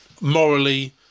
morally